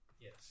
yes